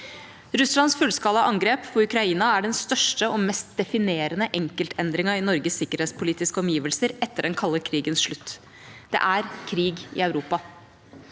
Russlands fullskala angrep på Ukraina er den største og mest definerende enkeltendringen i Norges sikkerhetspolitiske omgivelser etter den kalde krigens slutt. Det er krig i Europa.